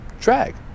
drag